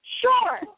Sure